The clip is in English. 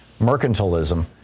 mercantilism